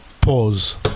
Pause